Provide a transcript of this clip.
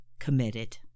committed